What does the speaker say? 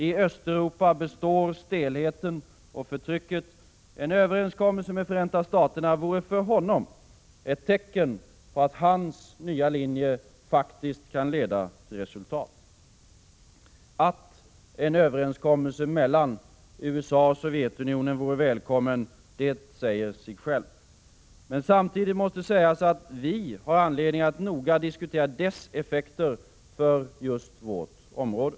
I Östeuropa består stelheten och förtrycket. En överenskommelse med Förenta Staterna vore för honom ett tecken på att hans nya linje faktiskt kan leda till resultat. Att en överenskommelse mellan USA och Sovjetunionen vore välkommen säger sig självt. Men samtidigt måste sägas att vi har anledning att noga diskutera dess effekter för just vårt område.